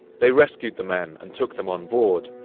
they rescued the men and took them on board,